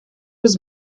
was